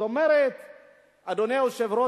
אדוני היושב-ראש,